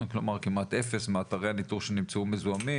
כלומר כמעט אפס מאתרי הניטור שנמצאו מזוהמים,